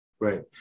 Right